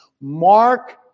Mark